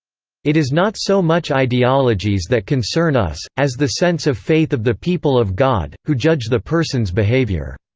it is not so much ideologies that concern us, as the sense of faith of the people of god, who judge the person's behavior.